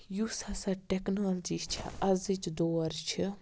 یُس ہَسا ٹیٚکنالجی چھ اَزٕچ دور چھِ